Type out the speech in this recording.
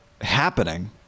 happening